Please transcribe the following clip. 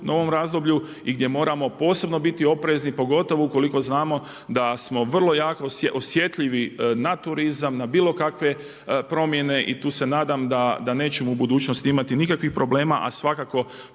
i gdje moramo posebno biti oprezni pogotovo ukoliko znamo da smo vrlo jako osjetljivi na turizam, na bilo kakve promjene i tu se nadam da nećemo u budućnosti imati nikakvih problema a svakako